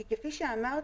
כי כפי שאמרתי,